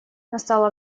настало